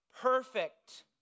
perfect